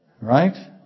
Right